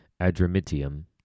Adramitium